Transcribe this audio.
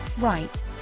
Right